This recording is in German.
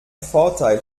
vorteil